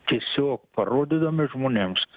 tiesiog parodydami žmonėms